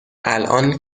الان